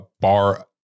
bar